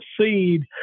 seed